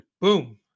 Boom